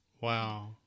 Wow